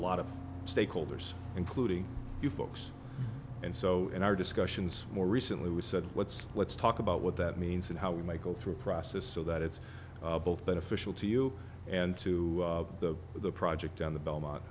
lot of stakeholders including you folks and so in our discussions more recently we said let's let's talk about what that means and how we might go through a process so that it's both beneficial to you and to the the project on the belmont